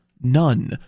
none